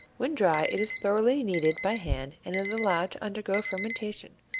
when dry it is thoroughly kneaded by hand and is allowed to undergo fermentation,